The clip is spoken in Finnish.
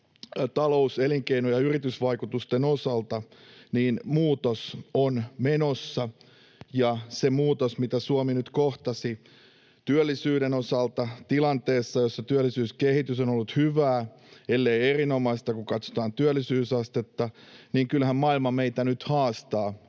talous-, elinkeino- ja yritysvaikutusten osalta, muutos on menossa. Ja se muutos, mitä Suomi nyt kohtasi työllisyyden osalta tilanteessa, jossa työllisyyskehitys on ollut hyvää — ellei erinomaista, kun katsotaan työllisyysastetta — niin kyllähän maailma meitä nyt haastaa